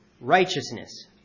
Righteousness